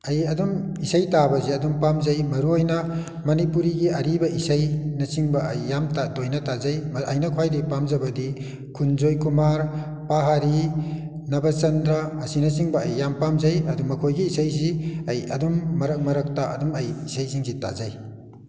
ꯑꯩ ꯑꯗꯨꯝ ꯏꯁꯩ ꯇꯥꯕꯁꯦ ꯑꯗꯨꯝ ꯄꯥꯝꯖꯩ ꯃꯔꯨꯑꯣꯏꯅ ꯃꯅꯤꯄꯨꯔꯤꯒꯤ ꯑꯔꯤꯕ ꯏꯁꯩꯅꯆꯤꯡꯕ ꯑꯩ ꯌꯥꯝ ꯇꯣꯏꯅ ꯇꯥꯖꯩ ꯑꯩꯅ ꯈ꯭ꯋꯥꯏꯗꯩ ꯄꯥꯝꯖꯕꯗꯤ ꯈꯨꯟ ꯖꯣꯏꯀꯨꯃꯥꯔ ꯄꯍꯥꯔꯤ ꯅꯕꯆꯟꯗ꯭ꯔ ꯑꯁꯤꯅꯆꯤꯡꯕ ꯑꯩ ꯌꯥꯝ ꯄꯥꯝꯖꯩ ꯑꯗꯨ ꯃꯈꯣꯏꯒꯤ ꯏꯁꯩꯁꯤ ꯑꯩ ꯑꯗꯨꯝ ꯃꯔꯛ ꯃꯔꯛꯇ ꯑꯗꯨꯝ ꯑꯩ ꯏꯁꯩꯁꯤꯡꯁꯤ ꯇꯥꯖꯩ